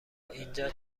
اینجا